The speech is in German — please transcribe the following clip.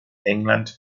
england